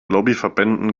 lobbyverbänden